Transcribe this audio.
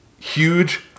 huge